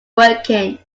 working